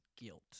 guilt